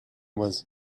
was